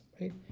right